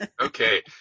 Okay